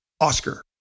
Oscar